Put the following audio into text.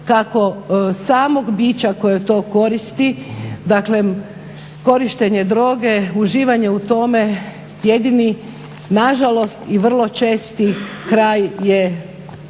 kako samog biča koje to koristi. Dakle korištenje droge, uživanje u tome jedini nažalost i vrlo česti kraj je smrt